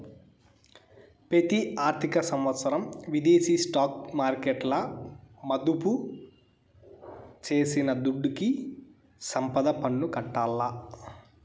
పెతి ఆర్థిక సంవత్సరం విదేశీ స్టాక్ మార్కెట్ల మదుపు చేసిన దుడ్డుకి సంపద పన్ను కట్టాల్ల